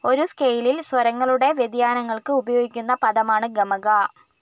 ഒരു സ്കെയിലിൽ സ്വരങ്ങളുടെ വ്യതിയാനങ്ങൾക്ക് ഉപയോഗിക്കുന്ന പദമാണ് ഗമകാ